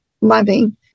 loving